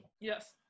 Yes